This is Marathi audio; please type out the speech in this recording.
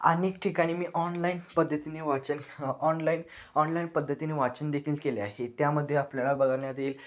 अनेक ठिकाणी मी ऑनलाईन पद्धतीने वाचन ऑनलाईन ऑनलाईन पद्धतीने वाचन देखील केले आहे त्यामध्ये आपल्याला बघण्यात येई